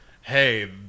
hey